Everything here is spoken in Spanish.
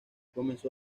comenzó